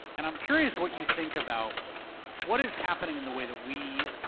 and i'm curious what you think about what is happening and the way that we,